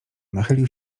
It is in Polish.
nachylił